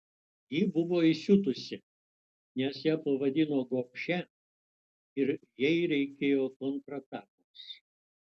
ji buvo įsiutusi nes ją pavadino gobšia ir jai reikėjo kontratakos